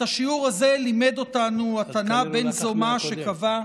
את השיעור הזה לימד אותנו התנא בן זומא, שקבע: